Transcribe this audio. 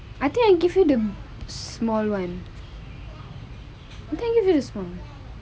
I think I give you the small one I think I give you the small one